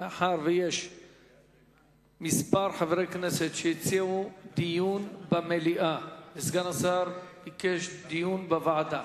מאחר שכמה חברי כנסת הציעו דיון במליאה וסגן השר ביקש דיון בוועדה,